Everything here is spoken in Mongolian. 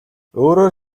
өөрөөр